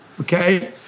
okay